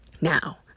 now